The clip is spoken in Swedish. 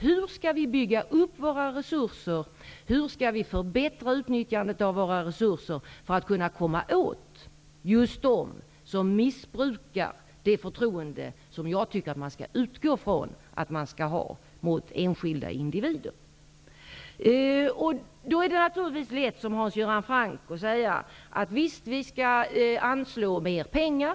Hur skall vi bygga upp våra resurser, hur skall vi förbättra utnyttjandet av våra resurser för att kunna komma åt just dem som missbrukar det förtroende som man enligt min mening skall utgå från att man bör ge enskilda individer? Då är det naturligtvis lätt att som Hans Göran Franck säga att vi skall anslå mer pengar.